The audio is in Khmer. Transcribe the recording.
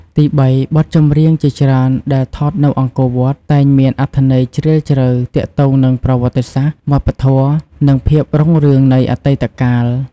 ទីបី បទចម្រៀងជាច្រើនដែលថតនៅអង្គរវត្ត តែងមានអត្ថន័យជ្រាលជ្រៅទាក់ទងនឹងប្រវត្តិសាស្ត្រ វប្បធម៌ ឬភាពរុងរឿងនៃអតីតកាល។